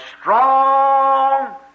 strong